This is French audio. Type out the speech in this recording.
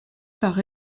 par